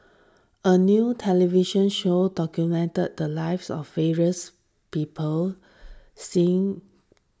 a new television show documented the lives of various people Singh